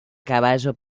caballo